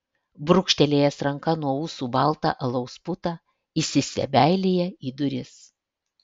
brūkštelėjęs ranka nuo ūsų baltą alaus putą įsistebeilija į duris